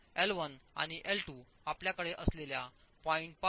तर एल 1 आणि एल 2 आपल्याकडे असलेल्या 0